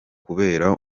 kubera